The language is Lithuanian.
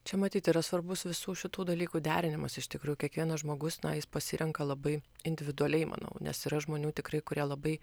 čia matyt yra svarbus visų šitų dalykų derinimas iš tikrųjų kiekvienas žmogus na jis pasirenka labai individualiai manau nes yra žmonių tikrai kurie labai